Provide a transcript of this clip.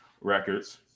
records